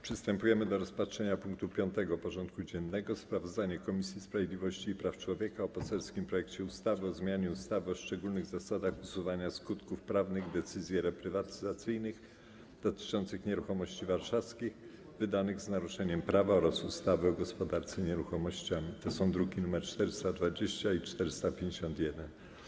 Przystępujemy do rozpatrzenia punktu 5. porządku dziennego: Sprawozdanie Komisji Sprawiedliwości i Praw Człowieka o poselskim projekcie ustawy o zmianie ustawy o szczególnych zasadach usuwania skutków prawnych decyzji reprywatyzacyjnych dotyczących nieruchomości warszawskich, wydanych z naruszeniem prawa oraz ustawy o gospodarce nieruchomościami (druki nr 420 i 451)